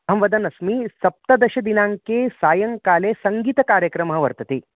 अहं वदन्नस्मि सप्तदशदिनाङ्के सायङ्काले सङ्गीतकार्यक्रमः वर्तते